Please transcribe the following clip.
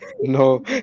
no